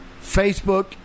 facebook